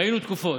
ראינו תקופות,